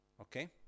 Okay